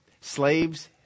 Slaves